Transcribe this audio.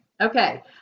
Okay